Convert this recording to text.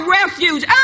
refuge